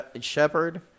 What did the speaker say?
shepherd